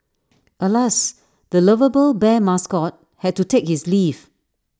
alas the lovable bear mascot had to take his leave